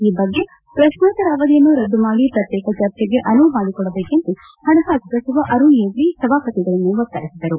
ಈ ಬಗ್ಗೆ ಪ್ರಶ್ನೋತ್ತರ ಅವಧಿಯನ್ನು ರದ್ದು ಮಾಡಿ ಪ್ರತ್ಯೇಕ ಚರ್ಚೆಗೆ ಅನುವು ಮಾಡಿಕೊಡಬೇಕೆಂದು ಪಣಕಾಸು ಸಚಿವ ಅರುಣ್ ಜೇಟ್ಲಿ ಸಭಾಪತಿಗಳನ್ನು ಒತ್ತಾಯಿಸಿದರು